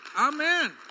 amen